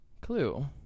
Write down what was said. clue